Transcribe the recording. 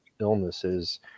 illnesses